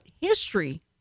history